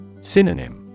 SYNONYM